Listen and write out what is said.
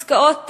עסקאות,